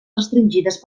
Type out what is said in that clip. restringides